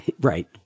Right